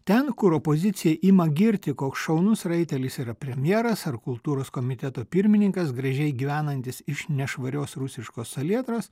ten kur opozicija ima girti koks šaunus raitelis yra premjeras ar kultūros komiteto pirmininkas gražiai gyvenantis iš nešvarios rusiškos salietros